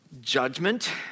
judgment